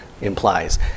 implies